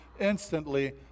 instantly